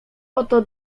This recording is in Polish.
oto